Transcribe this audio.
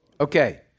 Okay